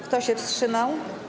Kto się wstrzymał?